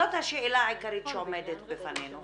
זאת השאלה העיקרית שעומדת בפנינו.